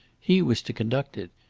he was to conduct it.